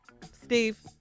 Steve